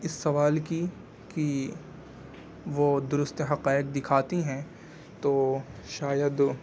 اس سوال کی کہ وہ درست حقائق دکھاتی ہیں تو شاید